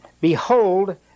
behold